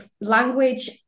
language